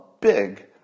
big